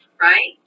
Right